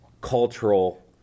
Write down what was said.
cultural